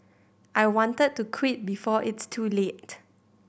I wanted to quit before it's too late